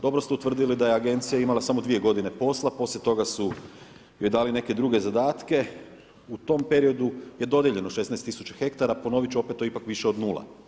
Dobro ste utvrdili da je agencija imala samo dvije godine posla, poslije toga su joj dali neke druge zadatke u tom periodu je dodijeljeno 16 tisuća hektara, ponovit ću to je ipak više od nula.